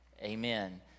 Amen